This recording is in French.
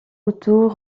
autour